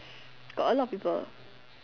got a lot of people